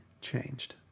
changed